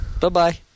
Bye-bye